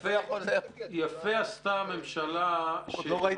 יפה עשתה הממשלה --- עוד לא ראיתי